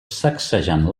sacsejant